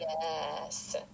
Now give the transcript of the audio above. Yes